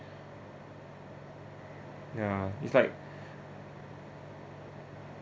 ya it's like